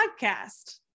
podcast